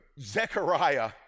Zechariah